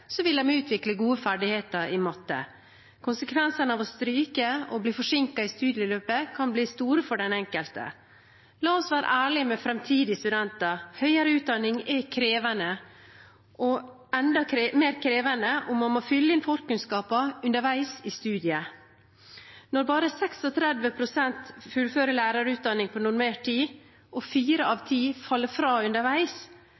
så vil de utvikle gode ferdigheter i matte. Konsekvensene av å stryke og bli forsinket i studieløpet kan bli store for den enkelte. La oss være ærlige med framtidige studenter: Høyere utdanning er krevende, og enda mer krevende om man må fylle på med forkunnskaper underveis i studiet. Når bare 36 pst. fullfører lærerutdanningen på normert tid og fire av